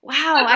Wow